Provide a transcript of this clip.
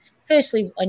firstly